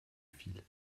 file